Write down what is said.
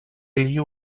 you